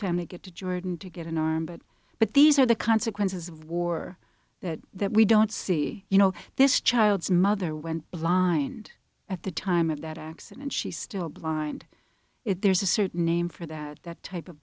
family get to jordan to get an arm but but these are the consequences of war that that we don't see you know this child's mother went blind at the time of that accident she still blind it there's a certain name for that that type of